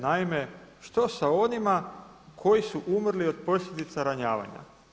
Naime što sa onima koji su umrli od posljedica ranjavanja.